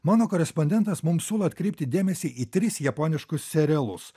mano korespondentas mums siūlo atkreipti dėmesį į tris japoniškus serialus